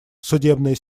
судебная